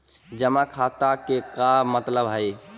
जमा खाता के का मतलब हई?